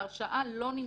ההרשעה לא נמחקה.